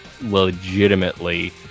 legitimately